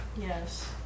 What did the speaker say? Yes